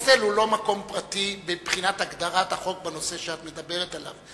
הוסטל הוא לא מקום פרטי מבחינת הגדרת החוק בנושא שאת מדברת עליו.